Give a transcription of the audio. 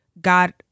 God